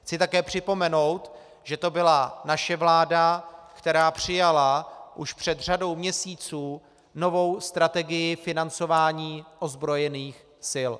Chci také připomenout, že to byla naše vláda, která přijala už před řadou měsíců novou strategii financování ozbrojených sil.